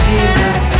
Jesus